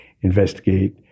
investigate